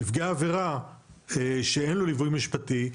נפגע עבירה שאין לו ליווי משפטי,